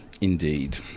indeed